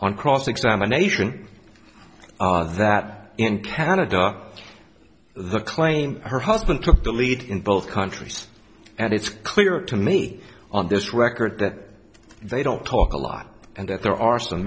on cross examination that in canada the claim her husband took the lead in both countries and it's clear to me on this record that they don't talk a lot and that there are some